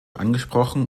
angesprochen